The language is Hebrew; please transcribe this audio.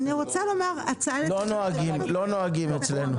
לא נוהגים אצלנו.